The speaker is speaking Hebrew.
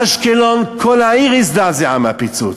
אשקלון, כל העיר הזדעזעה מהפיצוץ.